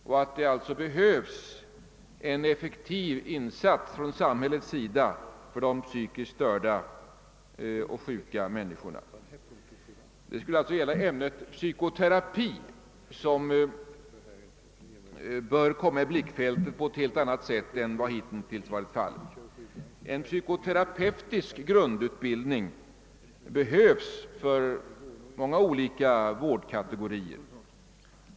Det skulle alltså behövas en effektiv insats från samhället för de psykiskt störda och sjuka människorna. Ämnet psykoterapi bör komma i blickfältet på ett helt annat sätt än vad som hittills varit fallet. En psykoterapeutisk grundutbildning behövs för många olika vårdkategorier.